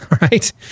Right